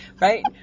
right